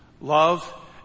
Love